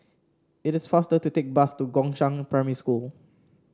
it is faster to take bus to Gongshang Primary School